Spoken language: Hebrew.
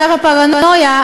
שלב הפרנויה,